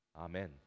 Amen